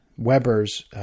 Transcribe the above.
weber's